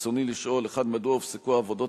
רצוני לשאול: 1. מדוע הופסקו העבודות